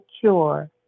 cure